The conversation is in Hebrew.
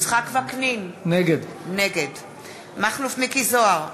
יצחק וקנין, נגד מכלוף מיקי זוהר,